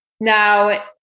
Now